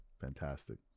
Fantastic